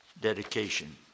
dedication